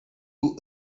who